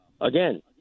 again